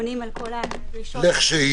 עונים על כל הדרישות --- לכשיהיו,